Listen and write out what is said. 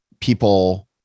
people